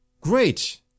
Great